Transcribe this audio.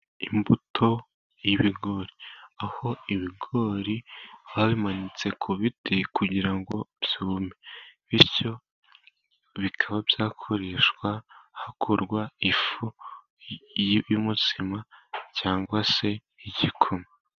Imbuto y'ibigori, aho ibigori babimanitse ku biti kugira ngo byume, bityo bikaba byakoreshwa hakorwa ifu y'umutsima cyangwa se igikoma.